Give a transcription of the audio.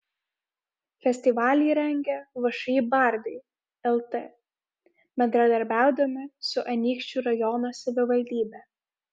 festivalį rengia všį bardai lt bendradarbiaudami su anykščių rajono savivaldybe